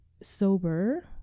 sober